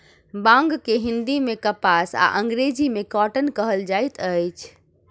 बांग के हिंदी मे कपास आ अंग्रेजी मे कौटन कहल जाइत अछि